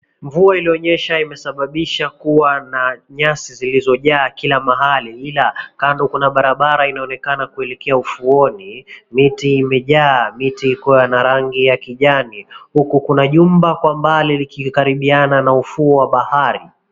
Mvua iliyonyesha imesababisha kuwa na nyasi zilizojaa kila mahali ila kando kuna barabara inaonekana kuelekea ufuoni. Miti imejaa, miti ikiwa na rangi ya kijani huku kuna jumba kwa mbali likikaribiana na ufuo wa bahari.